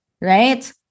right